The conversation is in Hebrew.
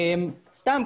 סתם,